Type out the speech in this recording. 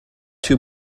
too